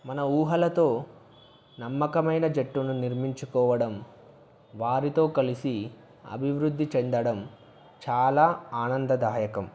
మన ఊహలతో నమ్మకమైన జట్టును నిర్మించుకోవడం వారితో కలిసి అభివృద్ధి చెందడం చాలా ఆనందదాయకం